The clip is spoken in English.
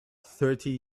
thirty